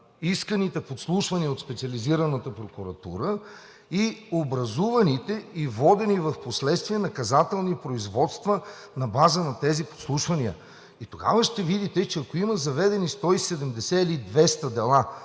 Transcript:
исканите подслушвания от Специализираната прокуратура и образуваните и водените впоследствие наказателни производства на база на тези подслушвания. Тогава ще видите, че ако има заведени 170 или 200 дела